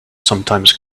sometimes